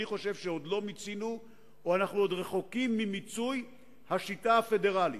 אני חושב שאנחנו עוד רחוקים ממיצוי השיטה הפדרלית.